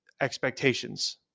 expectations